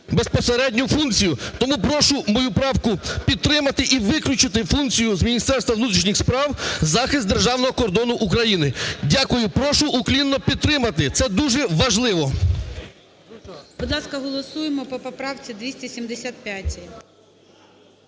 безпосередню функцію. Тому прошу мою правку підтримати і виключити функцію з Міністерства внутрішніх справ захист Державного кордону України. Дякую. Прошу уклінно підтримати, це дуже важливо. ГОЛОВУЮЧИЙ. Будь ласка, голосуємо по поправці 275,